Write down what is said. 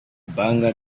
bangga